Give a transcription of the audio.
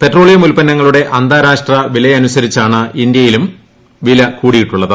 petroleum ഉത്പന്നങ്ങളുടെ അന്താരാഷ്ട്ര വിലയനുസരിച്ചാണ് ഇന്ത്യയിലും വില കൂടിയിട്ടുള്ളത്